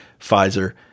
pfizer